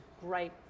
great